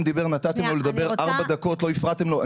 דיבר נתתם לו לדבר ארבע דקות ולא הפרעתם לו.